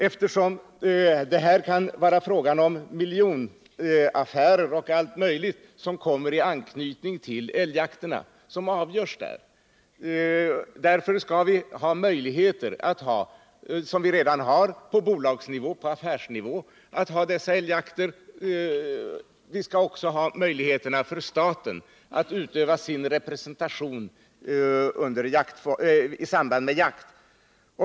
I anknytning till älgjakterna kan miljonaffärer och mycket annat avhandlas, och därför bör vi, liksom nu, kunna ha dessa älgjakter på bolagsnivå, affärsnivå osv. På samma sätt bör det också finnas möjligheter för staten att utöva sin representation i samband med jakt.